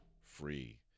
free